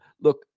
Look